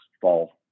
fall